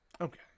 Okay